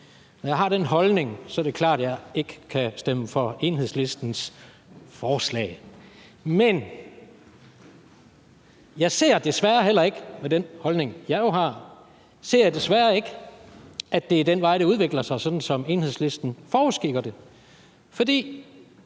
Når jeg har den holdning, er det klart, at jeg ikke kan stemme for Enhedslistens forslag. Men med den holdning, jeg har, ser jeg desværre heller ikke, at det er den vej, det udvikler sig, altså sådan som Enhedslisten forudskikker det. For